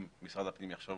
אם משרד הפנים יחשוב